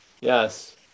Yes